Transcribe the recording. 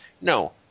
No